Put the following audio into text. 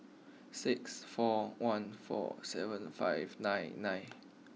six four one four seven five nine nine